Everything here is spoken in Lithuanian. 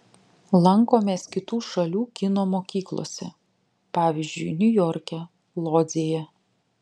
lankomės kitų šalių kino mokyklose pavyzdžiui niujorke lodzėje